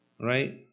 Right